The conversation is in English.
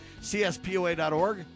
CSPOA.org